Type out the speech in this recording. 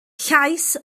llais